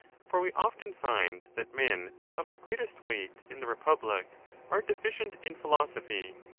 for we often find that men of the greatest weight in the republic are deficient in philosophy,